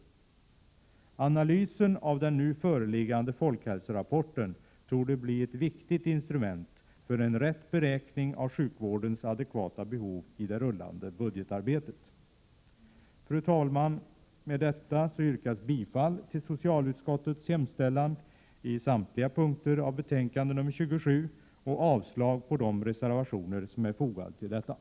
SOEOCkSJURvärden Analysen av den nu föreliggande folkhälsorapporten torde bli ett viktigt FN instrument för en riktig beräkning av sjukvårdens adekvata behov i det rullande budgetarbetet. Fru talman! Med detta yrkas bifall till socialutskottets hemställan i samtliga punkter av betänkande nr 27 och avslag på de reservationer som är fogade till detta.